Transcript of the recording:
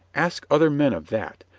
ask other men of that.